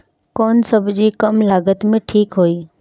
कौन सबजी कम लागत मे ठिक होई?